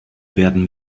werden